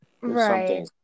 Right